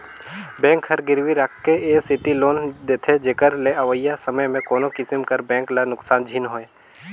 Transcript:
bank हर गिरवी राखके ए सेती लोन देथे जेकर ले अवइया समे में कोनो किसिम कर बेंक ल नोसकान झिन होए